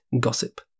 gossip